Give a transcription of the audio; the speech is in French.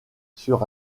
sur